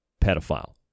pedophile